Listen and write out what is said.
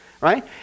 right